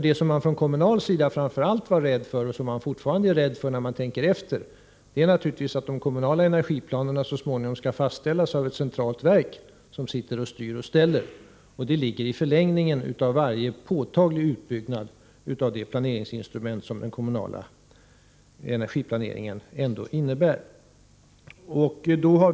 Det som man från kommunal sida framför allt var rädd för förut och som man fortfarande är rädd för, när man tänker efter, är naturligtvis att de kommunala energiplanerna så småningom skall fastställas av ett centralt verk som styr och ställer — det ligger i förlängningen av varje påtaglig utbyggnad av det planeringsinstrument som den kommunala energiplaneringen ändå innebär.